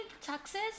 taxes